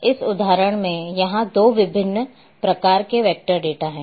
और इस उदाहरण में यहाँ 2 विभिन्न प्रकार के वेक्टर डेटा हैं